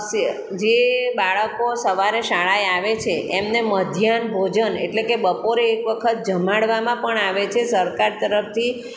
સે જે બાળકો સવારે શાળાએ આવે છે એમને મધ્યાહન ભોજન એટલે કે બપોરે એક વખત જમાડવામાં પણ આવે છે સરકાર તરફથી